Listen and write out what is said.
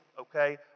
okay